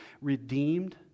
redeemed